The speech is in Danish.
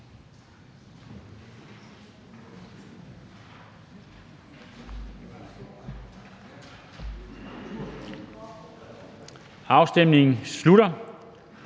Afstemningen slutter.